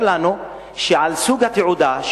אומר לנו שעל סוג התעודה,